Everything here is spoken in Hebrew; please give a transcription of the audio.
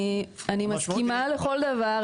אני מסכימה לכל דבר.